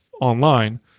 online